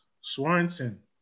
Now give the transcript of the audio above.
Swanson